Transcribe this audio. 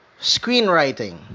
screenwriting